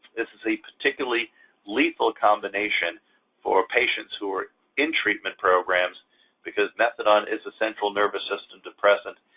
this is a particularly lethal combination for patients who are in treatment programs because methadone is a central nervous system depressant,